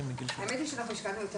השקענו יותר